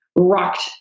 rocked